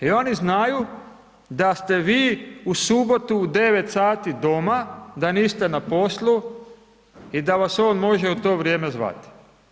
I oni znaju da ste vi u subotu u 9h doma, da niste na poslu i da vas on može u to vrijeme zvati.